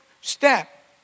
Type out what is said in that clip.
step